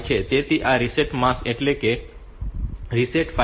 તેથી આ reset mask એટલે કે રીસેટ 5